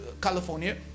California